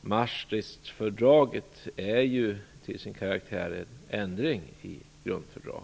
Maastrichtfördraget är ju till sin karaktär en ändring i grundfördraget.